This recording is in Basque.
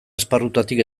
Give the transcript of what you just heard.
esparrutatik